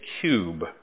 cube